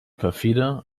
perfide